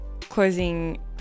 closing